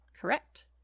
correct